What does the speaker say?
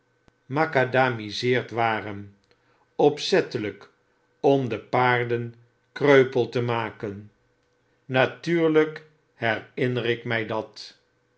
gemacadamiseerd waren opzetteiyk om de paarden kreupel te maken natuurlijk herinner ik my dat